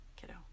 kiddo